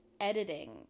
editing